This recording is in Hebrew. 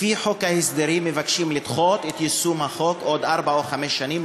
לפי חוק ההסדרים מבקשים לדחות את יישום החוק לעוד ארבע או חמש שנים,